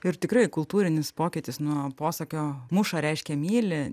ir tikrai kultūrinis pokytis nuo posakio muša reiškia myli